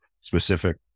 specific